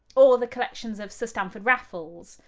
or the collections of stamford raffles,